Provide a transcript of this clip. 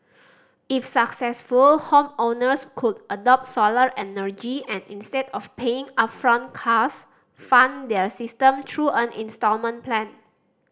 if successful homeowners could adopt solar energy and instead of paying upfront cost fund their system through an instalment plan